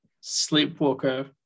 Sleepwalker